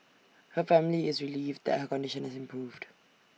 her family is relieved that her condition has improved